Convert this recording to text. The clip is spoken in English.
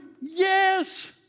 Yes